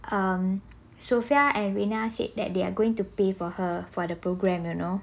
um sofia and rina said that they are going to pay for her for the program you know